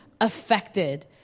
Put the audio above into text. affected